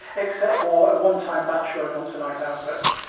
except for a one-time bachelorette once a night out of it.